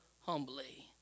humbly